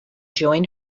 join